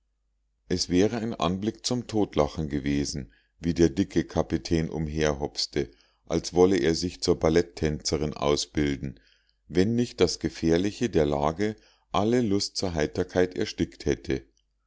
es wäre ein anblick zum totlachen gewesen wie der dicke kapitän umherhopste als wolle er sich zur ballettänzerin ausbilden wenn nicht das gefährliche der lage alle lust zur heiterkeit erstickt hätte